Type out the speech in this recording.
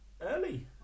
early